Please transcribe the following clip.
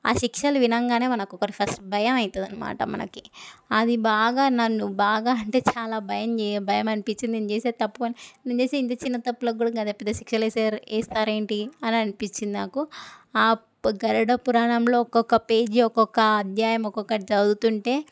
ఆ శిక్షలు వినగానే మనకు ఒకటి ఫస్ట్ భయమవుతుంది అన్నమాట మనకి అది బాగా నన్ను బాగా అంటే చాలా భయంచే భయం అనిపించింది నేను చేసే తప్పు నేను చేసే ఇంత చిన్న తప్పులకి కూడా అదే పెద్ద శిక్షలు వేస్తారు వేస్తారా ఏంటి అని అనిపించింది నాకు ఆ గరుడ పురాణంలో ఒక్కొక్క పేజీ ఒక్కొక్క అధ్యాయం ఒక్కొక్కటి చదువుతుంటే